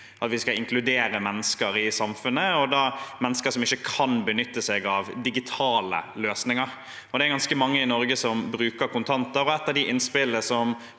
vi skal inkludere mennesker i samfunnet, og da mennesker som ikke kan benytte seg av digitale løsninger. Det er ganske mange i Norge som bruker kontanter. Ett av innspillene som